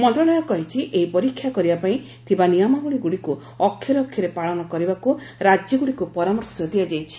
ମନ୍ତ୍ରଣାଳୟ କହିଛି ଏହି ପରୀକ୍ଷା କରିବା ପାଇଁ ଥିବା ନିୟମାବଳୀଗୁଡ଼ିକୁ ଅକ୍ଷରେ ଅକ୍ଷରେ ପାଳନ କରିବାକୁ ରାଜ୍ୟଗୁଡ଼ିକୁ ପରାମର୍ଶ ଦିଆଯାଇଛି